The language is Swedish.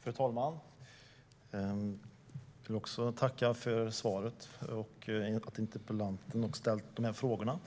Fru talman! Jag vill också tacka utrikesministern för svaret och interpellanten för att han har ställt frågorna.